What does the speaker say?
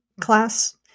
class